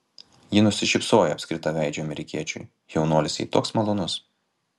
ji nusišypsojo apskritaveidžiui amerikiečiui jaunuolis jai toks malonus